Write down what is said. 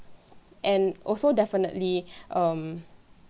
and also definitely um